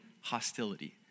hostility